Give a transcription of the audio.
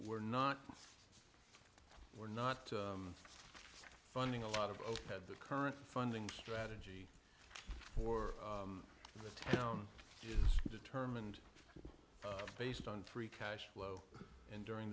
we're not we're not funding a lot of overhead the current funding strategy for the town is determined based on free cash flow and during